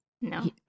No